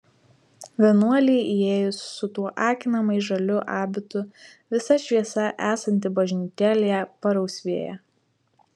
vienuolei įėjus su tuo akinamai žaliu abitu visa šviesa esanti bažnytėlėje parausvėja